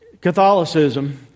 Catholicism